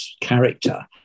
character